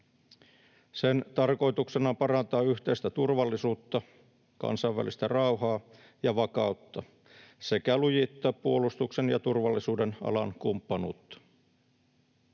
Sen tarkoituksena on parantaa yhteistä turvallisuutta, kansainvälistä rauhaa ja vakautta, sekä lujittaa puolustuksen ja turvallisuuden alan kumppanuutta.